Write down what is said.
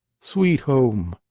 sweet home!